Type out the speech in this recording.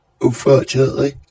unfortunately